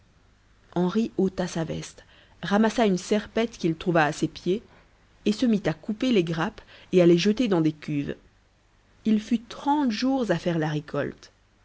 henri ôta sa veste ramassa une serpette qu'il trouva à ses pieds et se mit à couper les grappes et à les jeter dans des cuves il fut trente jours à faire la récolte